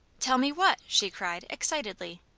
tell me what? she cried, excitedly.